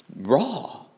raw